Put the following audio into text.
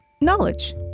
knowledge